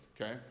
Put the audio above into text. okay